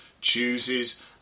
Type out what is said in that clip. chooses